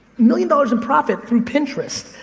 million dollars of profit, through pinterest.